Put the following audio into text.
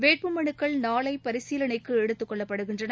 வேட்பு மனுக்கள் நாளைபரிசீலனைக்குஎடுத்துக் கொள்ளப்படுகின்றன